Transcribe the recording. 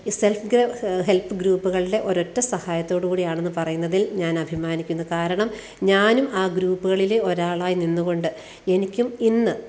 ഈ self help ഗ്രൂപ്പുകളുടെ ഒരൊറ്റ സഹായത്തോടു കൂടിയാണെന്ന് പറയുന്നതിൽ ഞാൻ അഭിമാനിക്കുന്നു കാരണം ഞാനും ആ ഗ്രൂപ്പുകളിലെ ഒരാളായി നിന്നുകൊണ്ട് എനിക്കും ഇന്ന്